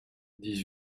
dix